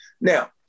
Now